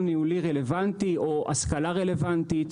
ניהולי רלוונטי או השכלה רלוונטית,